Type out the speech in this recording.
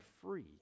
free